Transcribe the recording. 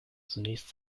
zunächst